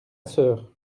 sœur